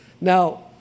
Now